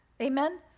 Amen